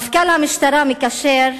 מפכ"ל המשטרה מקשר,